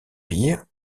pier